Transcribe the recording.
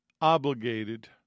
obligated